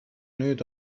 nüüd